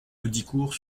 heudicourt